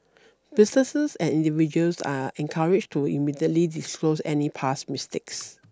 businesses and individuals are encouraged to immediately disclose any past mistakes